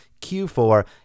Q4